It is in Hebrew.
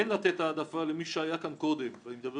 אין לתת העדפה למי שהיה כאן קודם ואני מדבר